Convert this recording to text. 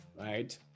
right